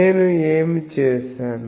నేను ఏమి చేశాను